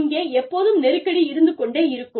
இங்கே எப்போதும் நெருக்கடி இருந்து கொண்டே இருக்கும்